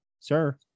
sir